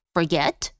Forget